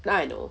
now I know